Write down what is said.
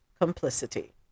complicity